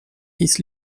his